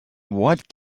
what